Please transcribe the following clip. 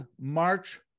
March